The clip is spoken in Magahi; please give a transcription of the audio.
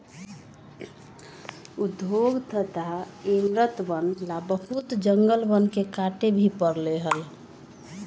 उद्योग तथा इमरतवन ला बहुत जंगलवन के काटे भी पड़ले हल